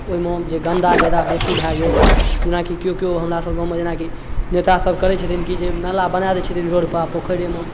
ओहिमे जे गन्दा ज्यादा बेसी भऽ गेल जेनाकि केओ केओ हमरासबके गाममे जेनाकि नेतासब करै छथिन कि जे नाला बना दै छथिन रोडपर या पोखरिमे